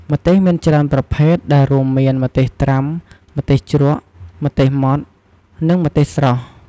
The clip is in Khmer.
ម្ទេសមានច្រើនប្រភេទ ដែលរួមមាន ម្ទេសត្រាំ ម្ទេសជ្រក់ ម្ទេសម៉ដ្ឋ និងម្ទេសស្រស់។